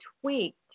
tweaked